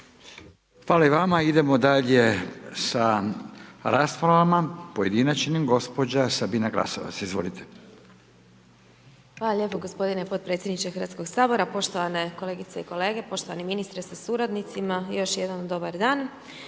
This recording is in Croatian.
Hvala i vama. Idemo dalje sa raspravama pojedinačnim. Gospođa Sabina Glasovac, izvolite. **Glasovac, Sabina (SDP)** Hvala lijepa gospodine potpredsjedniče Hrvatskog sabora, poštovane kolegice i kolege, poštovani ministre sa suradnicima, još jednom dobar dan.